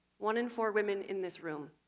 one in four women in this room,